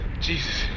Jesus